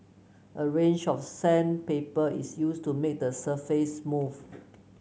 a range of sandpaper is used to make the surface smooth